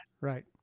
Right